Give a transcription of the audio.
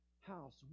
house